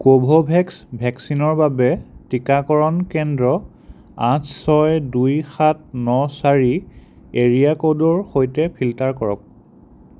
Covovax ভেকচিনৰ বাবে টীকাকৰণ কেন্দ্ৰ আঠ ছয় দুই সাত ন চাৰি এৰিয়া ক'ডৰ সৈতে ফিল্টাৰ কৰক